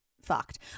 fucked